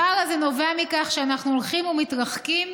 הפער הזה נובע מכך שאנחנו הולכים ומתרחקים